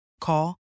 Call